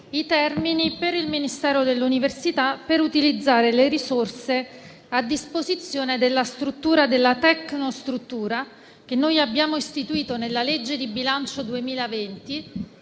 i termini, per il Ministero dell'università, per utilizzare le risorse a disposizione della tecnostruttura che abbiamo istituito con la legge di bilancio 2020,